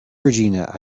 regina